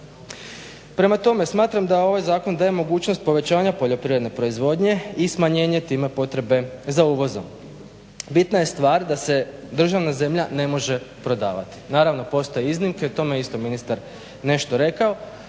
Prema tome, smatram da ovaj zakon daje mogućnost povećanja poljoprivredne proizvodnje i smanjenje time potrebe za uvozom. Bitna je stvar da se državna zemlja ne može prodavati. Naravno postoje iznimke o tome je ministar nešto rekao